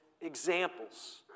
examples